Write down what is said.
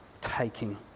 taking